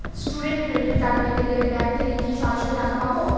Student credit card পেতে গেলে bank থেকে কি সরাসরি টাকা পাবো?